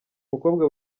mukobwa